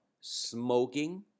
smoking